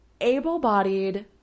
Able-bodied